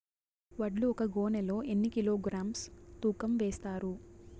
వడ్లు ఒక గోనె లో ఎన్ని కిలోగ్రామ్స్ తూకం వేస్తారు?